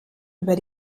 über